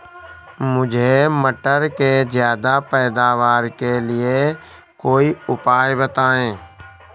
मुझे मटर के ज्यादा पैदावार के लिए कोई उपाय बताए?